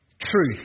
truth